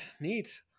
neat